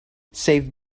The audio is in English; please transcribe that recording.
save